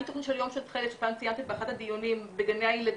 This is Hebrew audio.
מתכנית של יום של תכלת בגני הילדים,